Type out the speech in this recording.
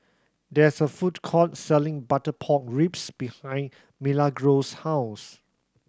there's a food court selling butter pork ribs behind Milagros' house